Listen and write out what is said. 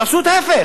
תעשו את ההיפך,